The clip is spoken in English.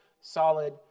solid